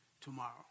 tomorrow